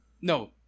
No